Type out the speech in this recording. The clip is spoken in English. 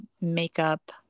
makeup